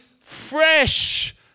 fresh